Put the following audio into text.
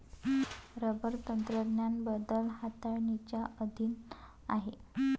rubber तंत्रज्ञान बदल हाताळणीच्या अधीन आहे